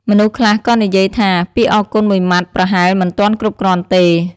មនុស្សខ្លះក៏និយាយថា "ពាក្យអរគុណមួយម៉ាត់ប្រហែលមិនទាន់គ្រប់គ្រាន់ទេ"